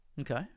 Okay